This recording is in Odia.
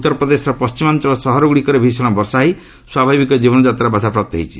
ଉତ୍ତର ପ୍ରଦେଶର ପଶ୍ଚିମାଞ୍ଚଳ ସହର ଗୁଡ଼ିକରେ ଭୀଷଣ ବର୍ଷା ହୋଇ ସ୍ୱାଭାବିକ ଜୀବନଯାତ୍ରା ବାଧାପ୍ରାପ୍ତ ହୋଇଛି